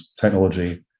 technology